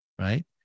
right